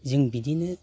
जों बिदियैनो